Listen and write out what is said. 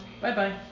Bye-bye